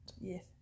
Yes